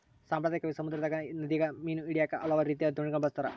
ಸಾಂಪ್ರದಾಯಿಕವಾಗಿ, ಸಮುದ್ರದಗ, ನದಿಗ ಮೀನು ಹಿಡಿಯಾಕ ಹಲವಾರು ರೀತಿಯ ದೋಣಿಗಳನ್ನ ಬಳಸ್ತಾರ